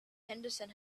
henderson